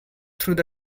through